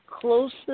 closest